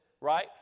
Right